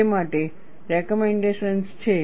તે માટે રેકમેન્ડેશન્સ છે